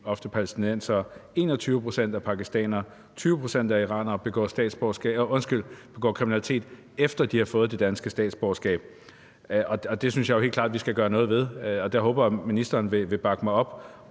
sige palæstinensere, 21 pct. af pakistanere, 20 pct. af iranere begår kriminalitet, efter at de har fået det danske statsborgerskab. Det synes jeg jo helt klart vi skal gøre noget ved, og der håber jeg ministeren vil bakke mig op.